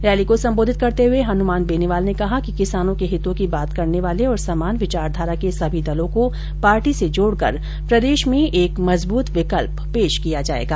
rally को सम्बोधित करते हुए हनुमान बेनीवाल ने कहा कि किसानों के हितों की बात करने वाले और समान विचारधारा के सभी दलों को पार्टी से जोडकर प्रदेश में एक मजबूत विकल्प पेश किया जाएगा